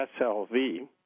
SLV